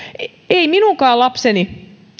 ei minunkaan lapseni